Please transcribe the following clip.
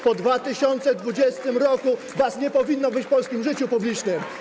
Po 2020 r. was nie powinno być w polskim życiu publicznym.